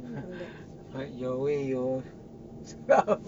but your way you